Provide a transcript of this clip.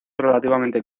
relativamente